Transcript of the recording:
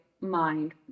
mind